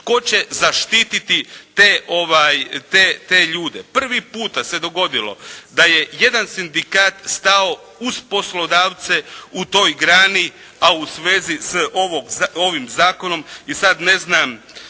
tko će zaštititi te ljude? Prvi puta se dogodilo da je jedan sindikat stao uz poslodavce u toj grani, a u svezi s ovim zakonom i sad ne znam